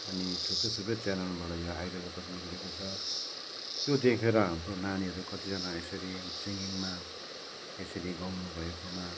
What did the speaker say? अनि थुप्रो थुप्रो च्यानलबाट यो आइडल कति निस्केको छ त्यो देखेर हाम्रो नानीहरू कतिजना यसरी सिङ्गिङमा यसरी गाउनु भएकोमा